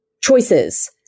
choices